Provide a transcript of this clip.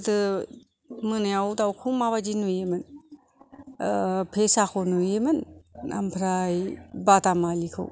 गोदो मोनायाव दावखौ माबादि नुयोमोन फेसाखौ नुयोमोन ओमफ्राय बादामालिखौ